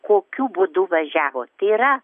kokiu būdu važiavo tai yra